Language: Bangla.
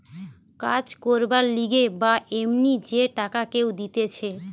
কাজ করবার লিগে বা এমনি যে টাকা কেউ দিতেছে